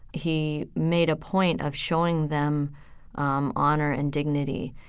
he made a point of showing them um honor and dignity.